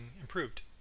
improved